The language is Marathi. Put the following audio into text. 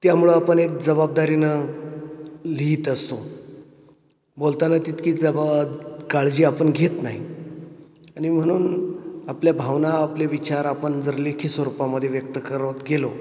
त्यामुळं आपण एक जबाबदारीनं लिहीत असतो बोलताना तितकी जबा काळजी आपण घेत नाही आणि म्हणून आपल्या भावना आपले विचार आपण जर लेखी स्वरूपामध्ये व्यक्त करत गेलो